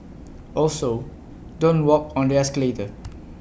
also don't walk on the escalator